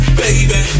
baby